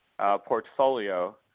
portfolio